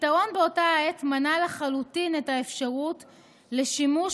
הפתרון באותה העת מנע לחלוטין את האפשרות לשימוש